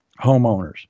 homeowners